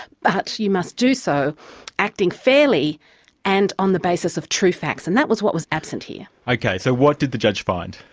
but you must do so acting fairly and on the basis of true facts. and that was what was absent here. okay, so what did the judge find?